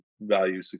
value